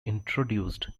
introduced